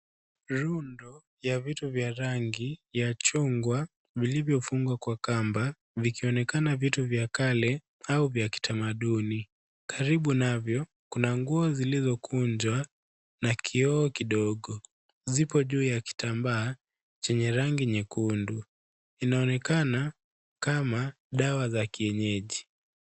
Rundo ya vitu vya rangi ya chungwa vilivyofungwa kwa kamba vikionekana vitu vya kale au vya kitamaduni. Karibu navyo kuna nguo zilizokunjwa na kioo kidogo, zipo juu ya kitambaa nyekundu. Inaonekana kama dawa za kienyeji.